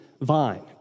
vine